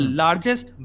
largest